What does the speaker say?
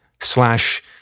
slash